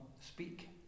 speak